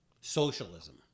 socialism